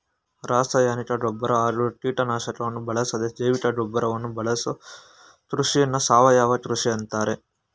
ರಾಸಾಯನಿಕ ಗೊಬ್ಬರ ಹಾಗೂ ಕೀಟನಾಶಕವನ್ನು ಬಳಸದೇ ಜೈವಿಕಗೊಬ್ಬರವನ್ನು ಬಳಸೋ ಕೃಷಿನ ಸಾವಯವ ಕೃಷಿ ಅಂತಾರೆ